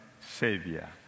Savior